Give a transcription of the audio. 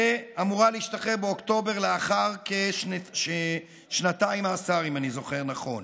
והיא אמורה להשתחרר באוקטובר לאחר כשנתיים מאסר,